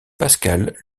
pascal